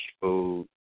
food